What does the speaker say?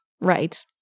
right